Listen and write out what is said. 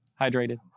hydrated